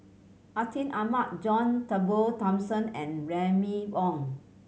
Atin Amat John Turnbull Thomson and Remy Ong